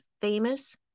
famous